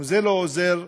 גם לא עוזר,